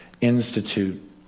institute